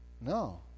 No